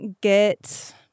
get